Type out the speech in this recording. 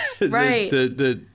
Right